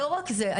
לא רק זה,